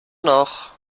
noch